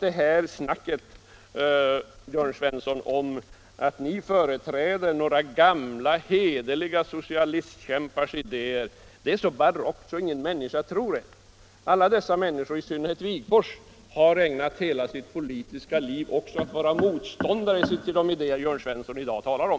Det här snacket, Jörn Svensson, om att ni företräder några gamla hederliga socialistkämpars idéer är så barockt att ingen människa tror på det. Alla dessa människor, i synnerhet Wigforss, har ägnat hela sitt politiska liv också åt att vara motståndare till de idéer som Jörn Svensson i dag talar om.